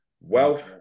wealth